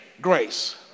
grace